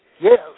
Yes